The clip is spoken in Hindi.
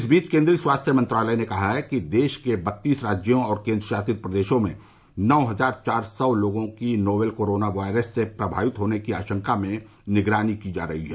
इस बीच केन्द्रीय स्वास्थ्य मंत्रालय ने कहा कि देश के बत्तीस राज्यों और केन्द्र शासित प्रदेशों में नौ हजार चार सौ लोगों की नोवेल कोरोना वायरस से प्रभावित होने की आशंका में निगरानी की जा रही है